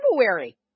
February